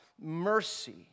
mercy